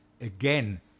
again